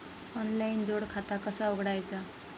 Online जोड खाता कसा उघडायचा?